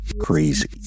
crazy